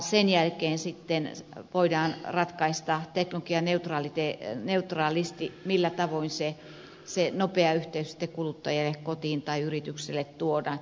sen jälkeen sitten voidaan ratkaista teknologianeutraalisti millä tavoin se nopea yhteys sitten kuluttajille kotiin tai yrityksille tuodaan